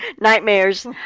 Nightmares